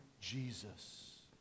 Jesus